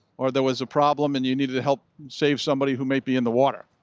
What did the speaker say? or there was a problem and you needed to help save somebody who might be in the water.